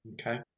Okay